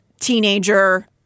Teenager